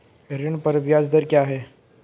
ऋण पर ब्याज दर क्या है?